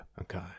Okay